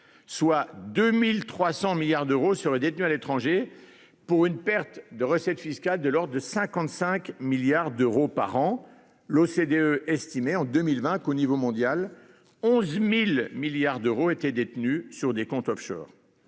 soit 2300 milliards d'euros sur les détenus à l'étranger pour une perte de recettes fiscales de l'ordre de 55 milliards d'euros par an. L'OCDE estimait en 2020 qu'au niveau mondial, 11.000 milliards d'euros étaient détenus sur des comptes Offshore.